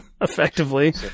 effectively